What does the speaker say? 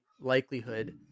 likelihood